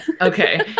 Okay